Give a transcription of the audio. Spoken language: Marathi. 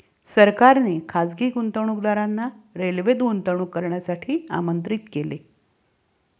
सरकारने खासगी गुंतवणूकदारांना रेल्वेत गुंतवणूक करण्यासाठी आमंत्रित केले